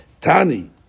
Tani